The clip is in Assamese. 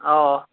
অঁ